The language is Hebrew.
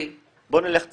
בוא נלך צעד-צעד.